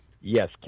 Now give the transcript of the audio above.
Yes